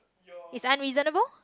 is unreasonable